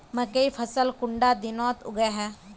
मकई फसल कुंडा दिनोत उगैहे?